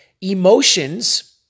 emotions